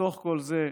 בתוך כל זה,